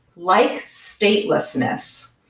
like statelessness,